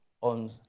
on